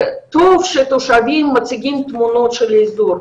זה טוב שהתושבים מציגים תמונות של האזור,